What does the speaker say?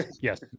yes